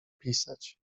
pisać